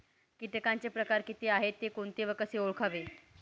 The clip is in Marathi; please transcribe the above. किटकांचे प्रकार किती आहेत, ते कोणते व कसे ओळखावे?